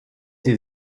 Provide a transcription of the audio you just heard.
sie